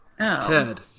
Ted